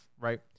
Right